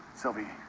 sylvie.